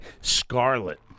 Scarlet